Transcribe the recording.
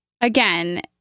again